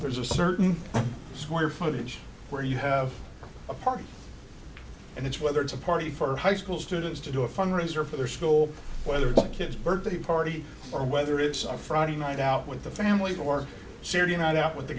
there's a certain square footage where you have a party and it's whether it's a party for high school students to do a fundraiser for their school whether the kids birthday party or whether it's a friday night out with the family or syria night out with the